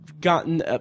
gotten –